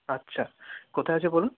আচ্ছা কোথায় আছে বলুন